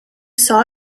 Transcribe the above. saw